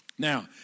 Now